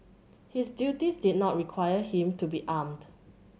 his duties did not require him to be armed